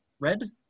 Red